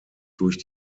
durch